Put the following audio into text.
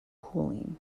cooling